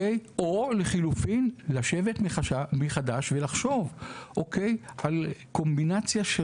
או לחילופין לשבת מחדש וחשוב על קומבינציה של